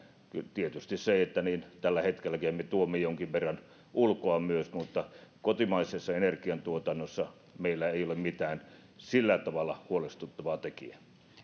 tietysti tälläkin hetkellä me me tuomme jonkin verran myös ulkoa mutta kotimaisessa energiantuotannossa meillä ei ole mitään sillä tavalla huolestuttavaa tekijää